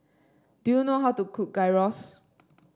do you know how to cook Gyros